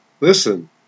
Listen